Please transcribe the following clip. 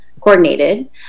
coordinated